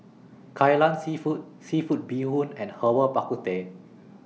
Kai Lan Seafood Seafood Bee Hoon and Herbal Bak Ku Teh